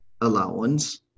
allowance